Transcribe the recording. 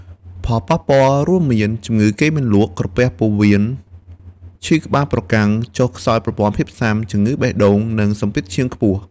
ផលប៉ះពាល់រួមមាន ជំងឺគេងមិនលក់ បញ្ហាក្រពះពោះវៀន ឈឺក្បាលប្រកាំង ចុះខ្សោយប្រព័ន្ធភាពស៊ាំ ជំងឺបេះដូង និងសម្ពាធឈាមខ្ពស់។